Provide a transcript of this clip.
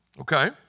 okay